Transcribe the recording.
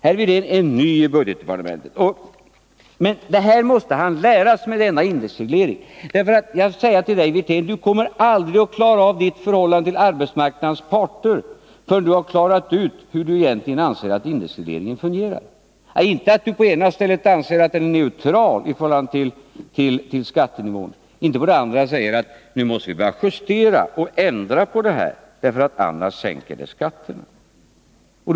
Herr Wirtén är ny i budgetdepartementet, men detta med indexregleringen måste han lära sig. Jag vill säga till Rolf Wirtén: Du kommer inte att klara av ditt förhållande till arbetsmarknadens parter förrän du har rett ut hur du egentligen anser att indexregleringen fungerar. Du kan inte på ena stället anse att den är neutral i förhållande till skattenivån och på det andra stället säga att regeringen måste justera och ändra indexregleringen därför att den annars sänker skatterna.